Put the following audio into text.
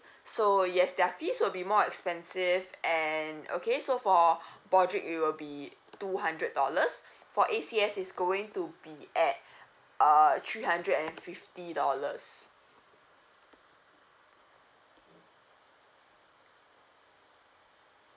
so yes their fees will be more expensive and okay so for broadrick it will be two hundred dollars for A_C_S is going to be at uh three hundred and fifty dollars